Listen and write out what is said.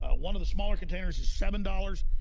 ah one of the smaller containers is seven dollars.